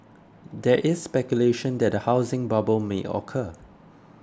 there is speculation that a housing bubble may occur